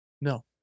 No